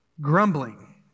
grumbling